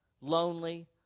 lonely